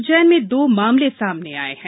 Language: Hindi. उज्जैन में दो मामले सामने आये हैं